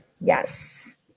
Yes